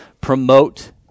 promote